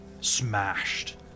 smashed